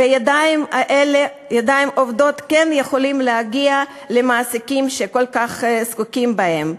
וידיים עובדות כן יכולות להגיע למעסיקים שכל כך זקוקים להם.